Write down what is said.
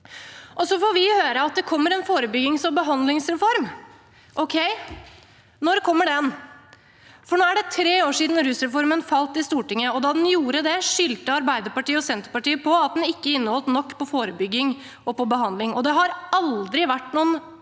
Så får vi høre at det kommer en forebyggings- og behandlingsreform. Ok, når kommer den? Nå er det tre år siden rusreformen falt i Stortinget, og da den gjorde det, skyldte Arbeiderpartiet og Senterpartiet på at den ikke inneholdt nok på forebygging og behandling. Det har aldri vært noen